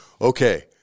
okay